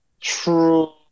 True